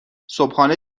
صبحانه